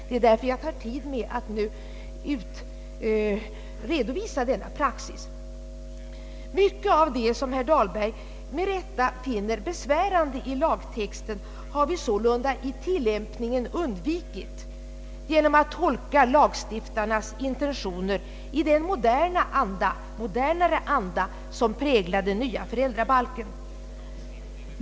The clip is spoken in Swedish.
Det är därför jag här tar upp tid med att redovisa denna praxis. Mycket av det som herr Dahlberg med rätta finner besvärande i lagtexten har vi sålunda i tillämpningen undvikit genom att tolka lagstiftarnas intentioner i den modernare anda, som präglar den nya föräldrabalken.